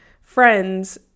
friends